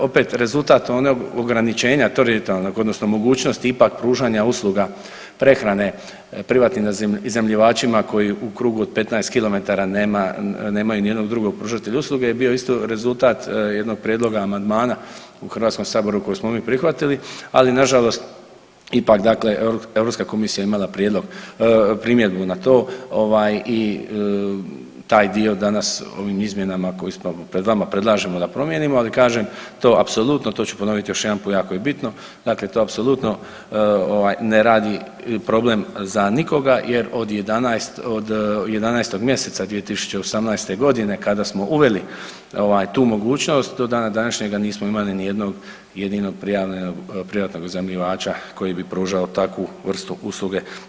Opet rezultat onog ograničenja teritorijalnog odnosno mogućnosti ipak pružanja usluge prehrane privatnim iznajmljivačima koji u krugu od 15 km nema, nemaju ni jednog drugog pružatelja usluge je bio isto rezultat jednog prijedloga amandmana u Hrvatskom saboru koji smo mi prihvatili, ali nažalost ipak dakle Europska komisija je imala prijedlog, primjedbu na to ovaj i taj dio danas ovim izmjenama koji su pred vama predlažemo da promijenimo, ali kažem to apsolutno to ću ponovit još jedan put jako je bitno, dakle to apsolutno ne radi problem za nikoga jer od 11, od 11. mjeseca 2018. godine kada smo uveli ovaj tu mogućnost do dana današnjega nismo imali ni jednog jedinog prijavljenog iznajmljivača koji bi pružao takvu vrstu usluge.